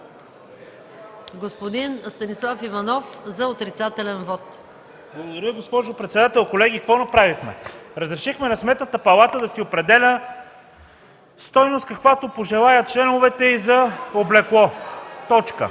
Господин Станислав Иванов – за отрицателен вот. СТАНИСЛАВ ИВАНОВ (ГЕРБ): Благодаря, госпожо председател. Колеги, какво направихме? Разрешихме на Сметната палата да си определя стойност каквато пожелаят членовете й за облекло. Точка!